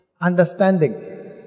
Understanding